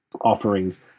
offerings